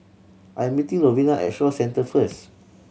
I'm meeting Lovina at Shaw Centre first